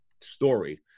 story